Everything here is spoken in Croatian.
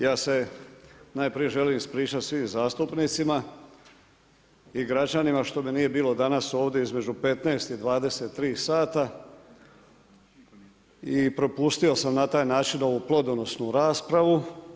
Ja se najprije želim ispričati svim zastupnicima i građanima što me nije bilo danas ovdje između 15 i 23 sata i propustio sam na taj način ovu plodonosnu raspravu.